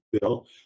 bill